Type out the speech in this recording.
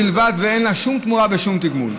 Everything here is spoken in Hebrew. חשבונן בלבד, ואין לה שום תמורה ושום תגמול.